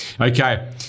Okay